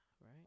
right